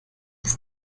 ist